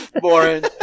Boring